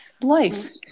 Life